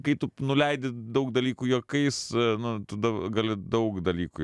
kai tu nuleidi daug dalykų juokais nu tada gali daug dalykų